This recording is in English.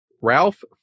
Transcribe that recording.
Ralph